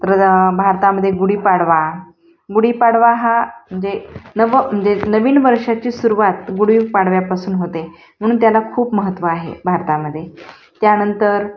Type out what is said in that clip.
तर भारतामध्ये गुढीपाडवा गुढीपाडवा हा जे नव जे नवीन वर्षाची सुरुवात गुढीपाडव्या पासून होते म्हणून त्याला खूप महत्त्व आहे भारतामध्ये त्यानंतर